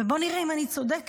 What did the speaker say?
ובואו נראה אם אני צודקת,